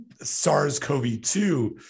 SARS-CoV-2